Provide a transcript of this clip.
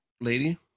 Lady